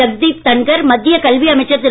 ஜக்தீப் தன்கர் மத்திய கல்வி அமைச்சர் திரு